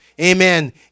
amen